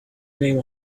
name